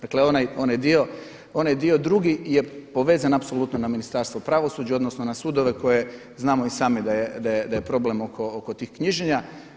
Dakle onaj dio drugi je povezan apsolutno na Ministarstvo pravosuđa odnosno na sudove koje znamo i sami da je problem oko tih knjiženja.